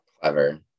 Clever